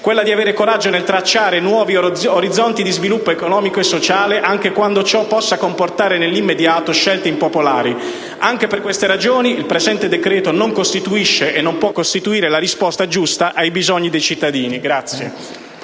quella di avere coraggio nel tracciare nuovi orizzonti di sviluppo economico e sociale, anche quando ciò possa comportare nell'immediato scelte impopolari. Anche per queste ragioni il presente decreto non costituisce e non può costituire la risposta giusta ai bisogni dei cittadini.